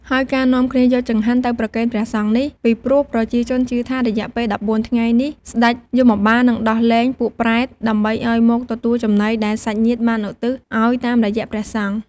ហើយការនាំគ្នាយកចង្ហាន់ទៅប្រគេនព្រះសង្ឃនេះ ពីព្រោះប្រជាជនជឿថារយៈពេល១៤ថ្ងៃនេះសេ្ដចយមបាលនិងដោះលែងពួកប្រេត ដើម្បីឲ្យមកទទួលចំណីដែលសាច់ញាតិបានឧទ្ទិសឲ្យតាមរយៈព្រះសង្ឃ។